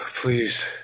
Please